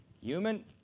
Human